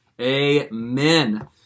Amen